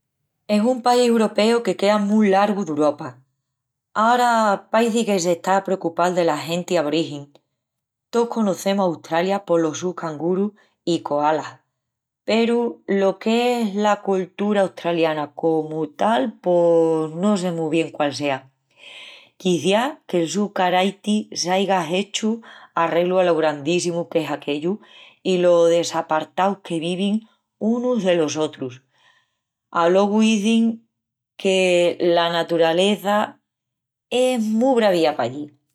Es un país uropeu que quea mu largu d'Uropa. Ara paici que s’está a precupal dela genti aborigin. Tous conocemus Australia polos sus cangurus i koalas, peru lo qu'es la coltura australiana comu tal pos no sé mu bien quál sea. Quiciás qu'el su caraiti s'aiga hechu arreglu alo grandíssimu qu'es aquellu i lo desapartaus que vivin unus delos otrus. Alogu izin que la naturaleza es mu bravía pallí.